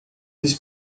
dos